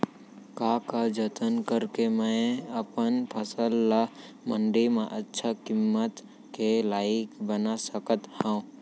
का का जतन करके मैं अपन फसल ला मण्डी मा अच्छा किम्मत के लाइक बना सकत हव?